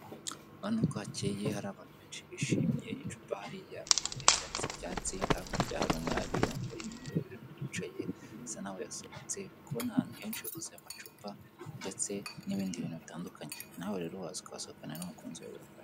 Urabonako hakeye hari abantu benshi bishimye icupa hariya ku imeza z'icyatsi hakkurya hari umwari wambaye imikara wicaye bisa naho yasohotse uri kubona ahantu henshi huzuye amacupana ndetse n'ibindi bintu bitandukanye nawe rero wahasohokana n'umukunzi wawe birafasha.